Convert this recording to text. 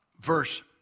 verse